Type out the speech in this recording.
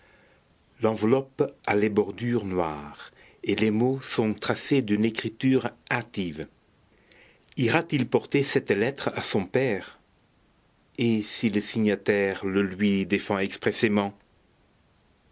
l'enveloppe a les bordures noires et les mots sont tracés d'une écriture hâtive ira-t-il porter cette lettre à son père et si le signataire le lui défend expressément